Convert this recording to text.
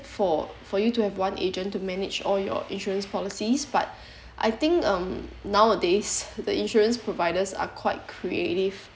for for you to have one agent to manage all your insurance policies but I think um nowadays the insurance providers are quite creative